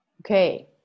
Okay